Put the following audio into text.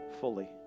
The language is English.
fully